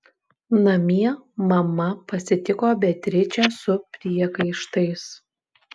namie mama pasitiko beatričę su priekaištais